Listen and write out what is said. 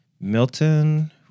Milton